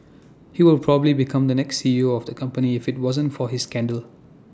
he will probably become the next C E O of the company if IT wasn't for his scandal